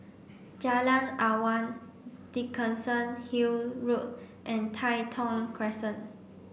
Jalan Awang Dickenson Hill Road and Tai Thong Crescent